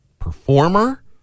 performer